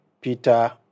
Peter